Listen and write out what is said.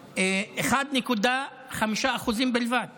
ממשלתיות, 1.5% בלבד